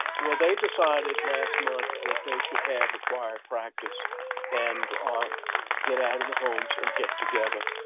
well, they decided last month that they should have a choir practice and get out of the homes and get together.